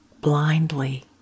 blindly